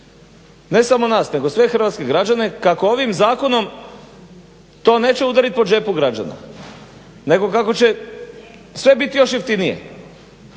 ne samo nas nego sve hrvatske građane kako ovim zakonom to neće udarit po džepu građana nego kako će sve biti još jeftinije.